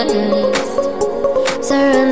Surrender